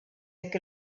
jekk